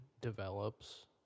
develops